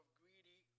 greedy